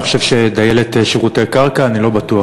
אני חושב שדיילת שירותי קרקע, אני לא בטוח.